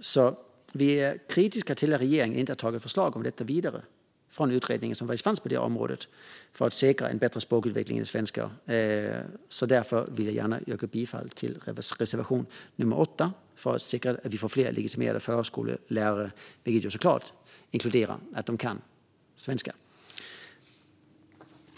så vi är kritiska till att regeringen inte har tagit förslag om detta vidare från utredningen på det området för att säkra bättre språkutveckling i svenska. Därför yrkar jag bifall till reservation nummer 8 - för att säkra att vi får fler legitimerade förskollärare, vilket såklart inkluderar att de kan svenska.